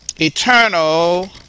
eternal